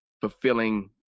fulfilling